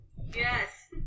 Yes